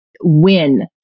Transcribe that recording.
win